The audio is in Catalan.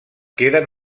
queden